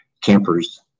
campers